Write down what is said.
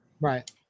Right